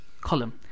column